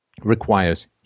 requires